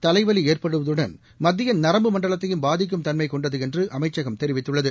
தலைவலிஏற்படுவதுடன் மத்தியநரம்பு மண்டலத்தையும் பாதிக்கும் தன்மைகொண்டதுஎன்றுஅமைச்சகம் தெரிவித்துள்ளது